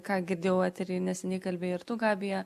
ką girdėjau etery neseniai kalbėjai ir tu gabija